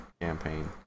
campaign